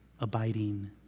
abiding